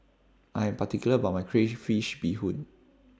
I Am particular about My Crayfish Beehoon